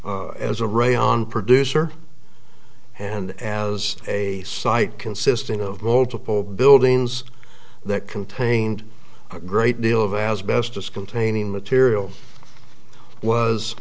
as a re on producer and as a site consisting of multiple buildings that contained a great deal of as best as containing material was